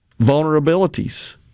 vulnerabilities